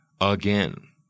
again